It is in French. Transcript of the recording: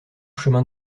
chemins